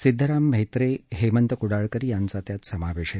सिद्धाराम म्हेत्रे हेमंत कुडाळकर यांचा त्यात समावेश आहे